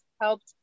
helped